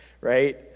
right